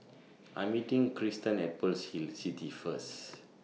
I Am meeting Cristen At Pearl's Hill City First